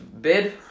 bid